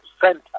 center